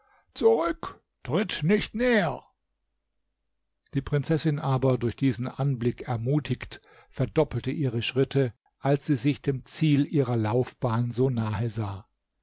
zurück tritt nicht näher die prinzessin aber durch diesen anblick ermutigt verdoppelte ihre schritte als sie sich dem ziel ihrer laufbahn so nahe sah